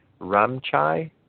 Ramchai